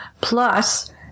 Plus